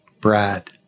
Brad